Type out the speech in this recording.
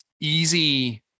easy